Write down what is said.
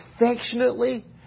affectionately